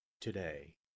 today